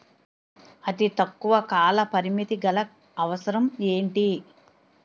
అతి తక్కువ కాల పరిమితి గల అవసరం ఏంటి